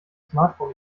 smartphone